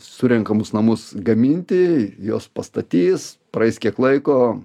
surenkamus namus gaminti juos pastatys praeis kiek laiko